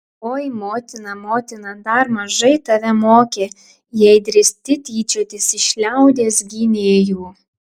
oi motina motina dar mažai tave mokė jei drįsti tyčiotis iš liaudies gynėjų